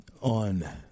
on